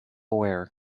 aware